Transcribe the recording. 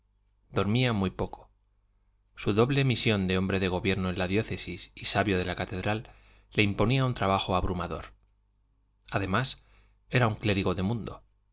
dormía muy poco su doble misión de hombre de gobierno en la diócesis y sabio de la catedral le imponía un trabajo abrumador además era un clérigo de mundo